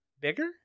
Bigger